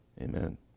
Amen